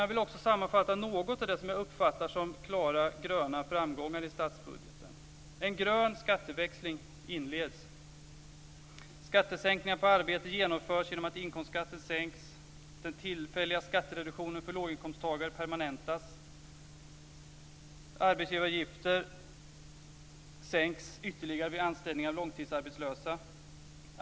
Jag vill sammanfatta något av det som jag uppfattar som klara gröna framgångar i statsbudgeten. En grön skatteväxling inleds. Skattesänkningar på arbete genomförs genom att inkomstskatten sänks. Den tillfälliga skattereduktionen för låginkomsttagare permanentas. Arbetsgivaravgifter sänks ytterligare vid anställning av långtidsarbetslösa.